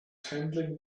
handling